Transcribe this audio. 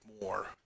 more